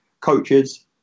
coaches